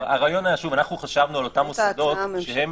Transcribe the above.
אנחנו חשבנו על אותם מוסדות שהם